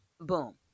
boom